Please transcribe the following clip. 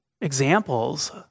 examples